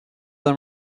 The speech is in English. them